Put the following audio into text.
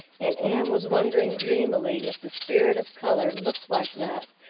and anne was wondering dreamily if the spirit of color looked like that,